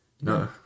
No